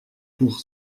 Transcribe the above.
pour